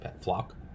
Flock